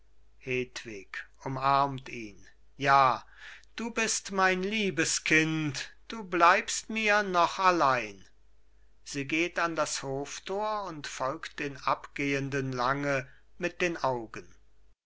umarmt ihn ja du bist mein liebes kind du bleibst mir noch allein sie geht an das hoftor und folgt den abgehenden lange mit den augen